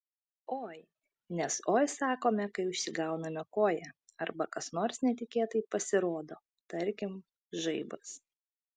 oi nes oi sakome kai užsigauname koją arba kas nors netikėtai pasirodo tarkim žaibas